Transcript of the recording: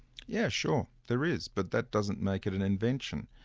yes, sure, there is, but that doesn't make it an invention.